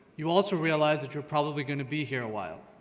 you will also realize that you're probably gonna be here a while,